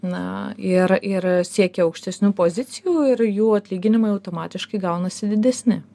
na ir ir siekia aukštesnių pozicijų ir jų atlyginimai automatiškai gaunasi didesni